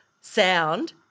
sound